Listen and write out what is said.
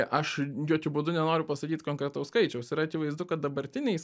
aš jokiu būdu nenoriu pasakyt konkretaus skaičiaus yra akivaizdu kad dabartiniai